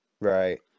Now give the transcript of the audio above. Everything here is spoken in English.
Right